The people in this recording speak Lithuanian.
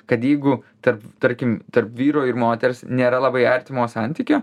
kad jeigu tarp tarkim tarp vyro ir moters nėra labai artimo santykio